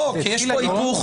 יש פה היפוך.